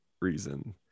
reason